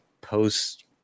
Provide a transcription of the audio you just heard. post